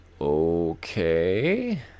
Okay